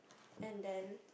and then